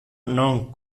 non